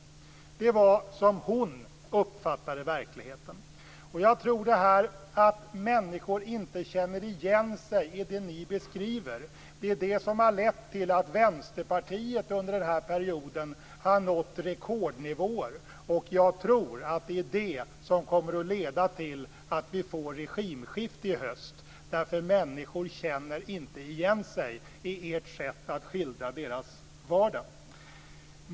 Det var så hon uppfattade verkligheten. Och jag tror att det är detta att människor inte känner igen sig i det ni beskriver som har lett till att Vänsterpartiet under den här perioden har nått rekordnivåer. Jag tror också att det är det som kommer att leda till att vi får regimskifte i höst. Människor känner inte igen sig i ert sätt att skildra deras vardag.